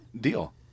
deal